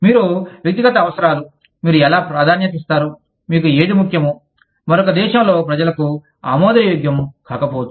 మీ వ్యక్తిగత అవసరాలు మీరు ఎలా ప్రాధాన్యత ఇస్తారు మీకు ఏది ముఖ్యమో మరొక దేశంలో ప్రజలకు ఆమోదయోగ్యం కాకపోవచ్చు